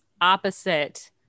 opposite